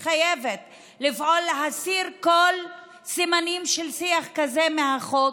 שהיא מתחייבת לפעול להסיר כל סימנים של שיח כזה מהחוק.